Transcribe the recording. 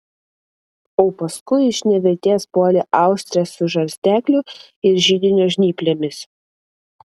o paskui iš nevilties puolė austres su žarstekliu ir židinio žnyplėmis